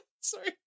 Sorry